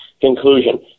conclusion